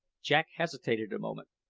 jack hesitated a moment,